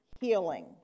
healing